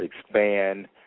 expand